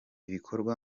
bikorwa